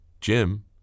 Jim